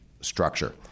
Structure